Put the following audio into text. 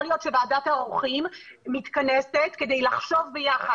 יכול להיות שוועדת העורכים מתכנסת כדי לחשוב ביחד,